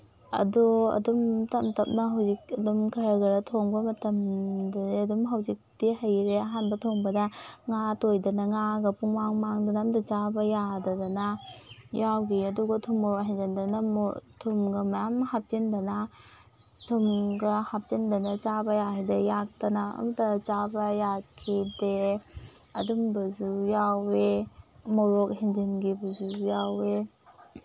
ꯑꯗꯨ ꯑꯗꯨꯝ ꯇꯞ ꯇꯞꯅ ꯍꯧꯖꯤꯛꯇꯤ ꯑꯗꯨꯝ ꯈꯔ ꯈꯔ ꯊꯣꯡꯕ ꯃꯇꯝꯗꯗꯤ ꯑꯗꯨꯝ ꯍꯧꯖꯤꯛꯇꯤ ꯍꯩꯔꯦ ꯑꯍꯥꯟꯕ ꯊꯣꯡꯕꯗ ꯉꯥ ꯇꯣꯏꯗꯅ ꯉꯥꯒ ꯄꯨꯡꯃꯥꯡ ꯃꯥꯡꯗꯅ ꯑꯝꯇ ꯆꯥꯕ ꯌꯥꯗꯗꯅ ꯌꯥꯎꯈꯤ ꯑꯗꯨꯒ ꯊꯨꯝ ꯃꯣꯔꯣꯛ ꯍꯦꯟꯖꯤꯟꯗꯅ ꯊꯨꯝꯒ ꯃꯌꯥꯝ ꯍꯥꯞꯆꯤꯟꯗꯅ ꯊꯨꯝꯒ ꯍꯥꯞꯆꯤꯟꯗꯅ ꯆꯥꯕ ꯌꯥꯈꯤꯗꯦ ꯌꯥꯛꯇꯅ ꯑꯝꯇ ꯆꯥꯕ ꯌꯥꯈꯤꯗꯦ ꯑꯗꯨꯝꯕꯁꯨ ꯌꯥꯎꯑꯦ ꯃꯣꯔꯣꯛ ꯍꯦꯟꯖꯤꯟꯈꯤꯕꯁꯨ ꯌꯥꯎꯑꯦ